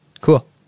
cool